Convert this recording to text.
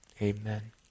Amen